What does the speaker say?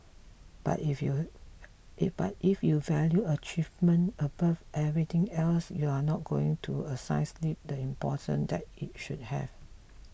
but if you but if you value achievement above everything else you're not going to assign sleep the importance that it should have